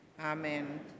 Amen